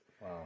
Wow